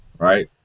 Right